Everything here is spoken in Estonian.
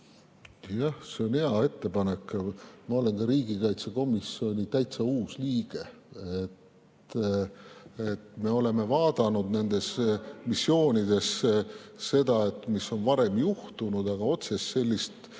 see on hea ettepanek. Ma olen riigikaitsekomisjoni täitsa uus liige. Me oleme vaadanud nendesse missioonidesse, seda, mis on varem juhtunud, aga otseselt sellist